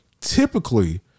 Typically